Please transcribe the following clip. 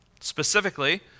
specifically